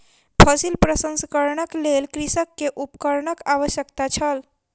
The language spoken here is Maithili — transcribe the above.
फसिल प्रसंस्करणक लेल कृषक के उपकरणक आवश्यकता छल